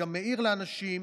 גם מעיר לאנשים,